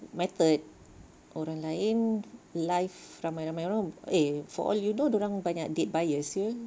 method orang lain live ramai-ramai orang eh for all you know dorang banyak dead buyers seh